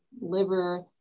liver